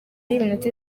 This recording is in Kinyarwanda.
y’iminota